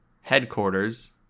headquarters